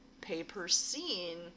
pay-per-scene